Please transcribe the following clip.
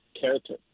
character